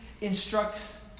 instructs